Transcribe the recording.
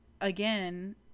again